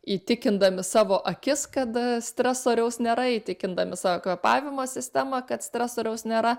įtikindami savo akis kad stresoriaus nėra įtikindami savo kvėpavimo sistemą kad stresoriaus nėra